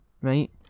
right